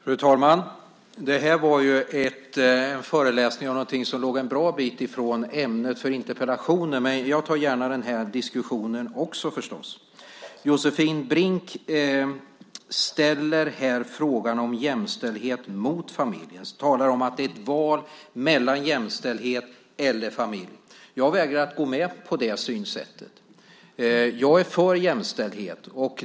Fru talman! Det var en föreläsning om någonting som låg en bra bit från ämnet för interpellationen. Men jag tar förstås också gärna den diskussionen. Josefin Brink ställer här frågan om jämställdhet mot familjen. Hon talar om att det är ett val mellan jämställdhet eller familj. Jag vägrar att gå med på det synsättet. Jag är för jämställdhet.